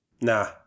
Nah